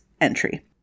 entry